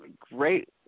great